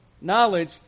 knowledge